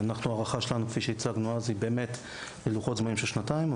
וההערכה שלנו כפי שהצגנו אז היא לוחות זמנים של שנתיים.